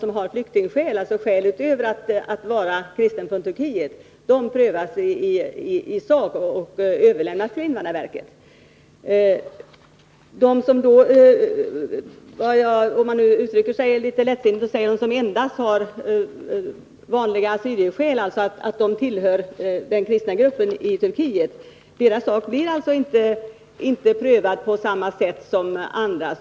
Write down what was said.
Om flyktingskäl kan åberopas — alltså andra skäl än att man är kristen från Turkiet — prövas ärendet i sak och överlämnas till invandrarverket. De som endast har — om man får uttrycka sig litet lättvindigt — vanliga assyrierskäl, dvs. att de tillhör den kristna gruppen i Turkiet, får inte sin sak prövad på samma sätt som andra.